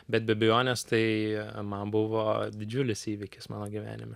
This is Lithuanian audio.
bet be abejonės tai man buvo didžiulis įvykis mano gyvenime